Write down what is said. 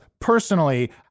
personally